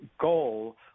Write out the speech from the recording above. goal